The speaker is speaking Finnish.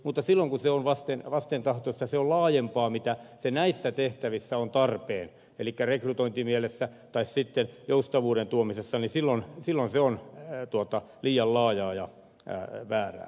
mutta silloin kun se on vastentahtoista se on laajempaa kuin näissä tehtävissä on tarpeen elikkä rekrytointimielessä tai sitten joustavuuden tuomisessa niin silloin se on liian laajaa ja väärää